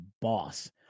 boss